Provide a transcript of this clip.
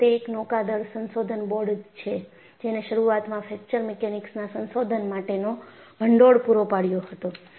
ખરેખર તે એક નૌકાદળ સંશોધન બોર્ડ જ છે જેને શરૂઆતમાં ફ્રેક્ચર મિકેનિક્સના સંશોધન માટેનો ભંડોળ પૂરો પાડ્યો હતો